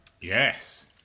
Yes